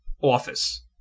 office